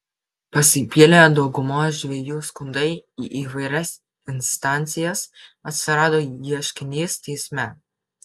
pasipylė daugumos žvejų skundai į įvairias instancijas atsirado ieškinys teisme